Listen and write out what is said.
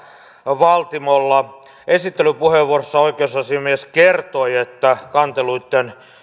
valtimolla esittelypuheenvuorossa oikeusasiamies kertoi että kanteluitten